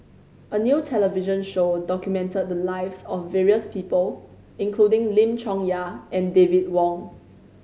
a new television show documented the lives of various people including Lim Chong Yah and David Wong